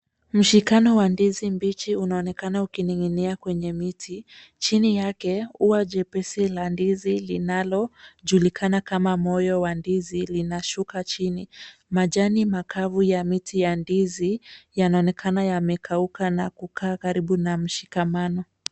Mshikano wa ndizi mbichi unaonekana ukining'inia kwenye miti. Chini yake ua jepesi la ndizi linalojulikana kama moyo wa ndizi, linashuka chini. Majani makavu ya miti ya ndizi, yanaonekana yamekauka na kukaa karibu na mshikamano.